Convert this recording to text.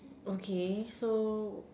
okay so